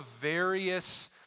various